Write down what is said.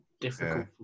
difficult